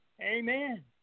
Amen